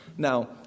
Now